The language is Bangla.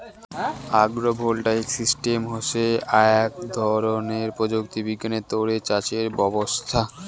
আগ্রো ভোল্টাইক সিস্টেম হসে আক ধরণের প্রযুক্তি বিজ্ঞানে তৈরী চাষের ব্যবছস্থা